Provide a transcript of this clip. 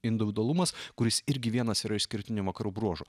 individualumas kuris irgi vienas yra išskirtinių vakarų bruožų